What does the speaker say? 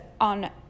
on